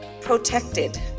protected